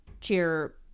cheer